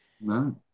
No